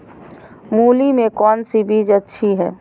मूली में कौन सी बीज अच्छी है?